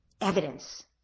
evidence